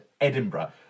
Edinburgh